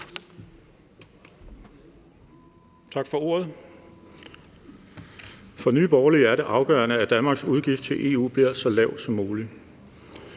Tak for ordet. For Nye Borgerlige er det afgørende, at Danmarks udgifter til EU bliver så lave som muligt,